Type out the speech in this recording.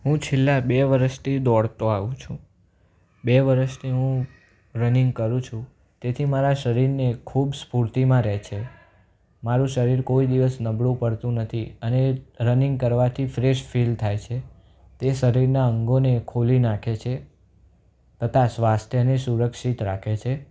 હું છેલ્લા બે વર્ષથી દોડતો આવું છું બે વર્ષથી હું રનિંગ કરું છું તેથી મારા શરીરને ખૂબ સ્ફૂર્તિમાં રહે છે મારું શરીર કોઈ દિવસ નબળું પડતું નથી અને રનીંગ કરવાથી ફ્રેશ ફિલ થાય છે તે શરીરના અંગોને ખોલી નાખે છે તથા સ્વાસ્થ્ય અને સુરક્ષિત રાખે છે